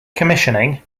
commissioning